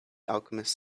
alchemist